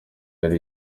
hari